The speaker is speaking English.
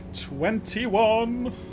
Twenty-one